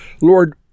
Lord